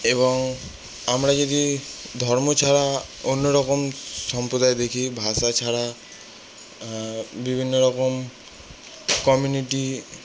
এবং আমরা যদি ধর্ম ছাড়া অন্য রকম সম্প্রদায় দেখি ভাষা ছাড়া বিভিন্ন রকম কমিউনিটি